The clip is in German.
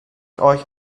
euch